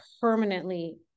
permanently